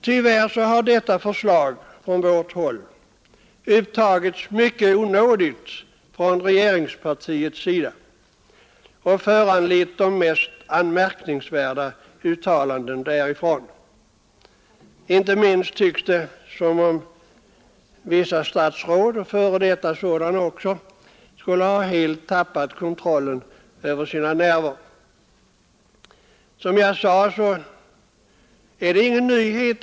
Tyvärr har detta förslag mottagits mycket onådigt från regeringspartiets sida och föranlett de mest anmärkningsvärda uttalanden därifrån. Inte minst tycks vissa statsråd och även f. d. sådana helt ha tappat kontrollen över nerverna.